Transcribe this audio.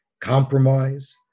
compromise